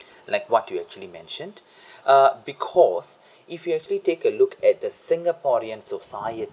like what you actually mentioned uh because if you actually take a look at the singaporean society